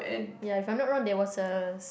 ya if I'm not wrong there was a